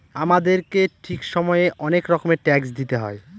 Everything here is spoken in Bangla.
আমাদেরকে ঠিক সময়ে অনেক রকমের ট্যাক্স দিতে হয়